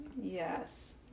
Yes